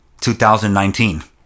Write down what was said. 2019